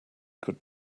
could